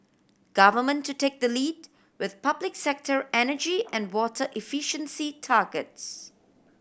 government to take the lead with public sector energy and water efficiency targets